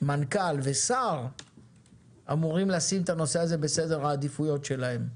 מנכ"ל ושר אמורים לשים את הנושא הזה בסדר העדיפויות שלהם,